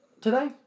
today